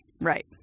Right